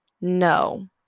No